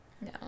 No